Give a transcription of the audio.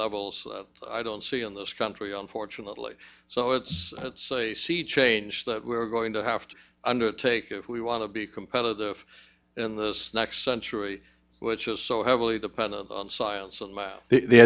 levels i don't see in this country unfortunately so it's a sea change that we're going have to undertake if we want to be competitive in the next century which is so heavily dependent on science and math the